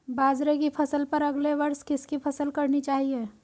बाजरे की फसल पर अगले वर्ष किसकी फसल करनी चाहिए?